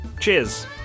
Cheers